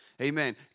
Amen